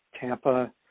Tampa